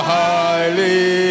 highly